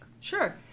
Sure